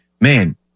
man